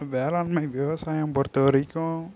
வேளாண்மை விவசாயம் பொறுத்தவரைக்கும்